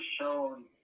shown